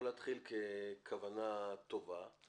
להתחיל ככוונה טובה,